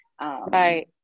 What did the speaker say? Right